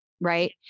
Right